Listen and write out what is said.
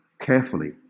carefully